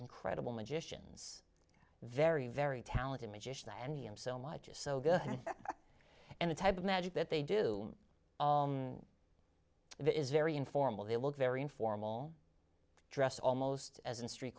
incredible magicians very very talented magician and he him so much is so good and the type of magic that they do that is very informal they look very informal dress almost as in str